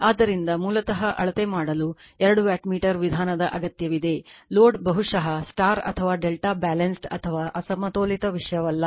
ಆದ್ದರಿಂದ ಮೂಲತಃ ಅಳತೆ ಮಾಡಲು ಎರಡು ವ್ಯಾಟ್ಮೀಟರ್ ವಿಧಾನದ ಅಗತ್ಯವಿದೆ ಲೋಡ್ ಬಹುಶಃ ಸ್ಟಾರ್ ಅಥವಾ ಡೆಲ್ಟಾ ಬ್ಯಾಲೆನ್ಸ್ಡ್ ಅಥವಾ ಅಸಮತೋಲಿತ ವಿಷಯವಲ್ಲ